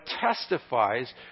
testifies